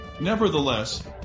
Nevertheless